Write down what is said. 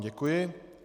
Děkuji.